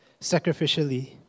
sacrificially